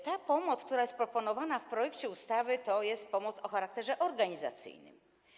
Ta pomoc, która jest proponowana w projekcie ustawy, to jest pomoc o charakterze organizacyjnym.